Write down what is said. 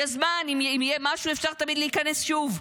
יש זמן, אם יהיה משהו אפשר תמיד להיכנס שוב,